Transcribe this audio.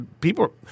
people